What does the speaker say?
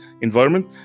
environment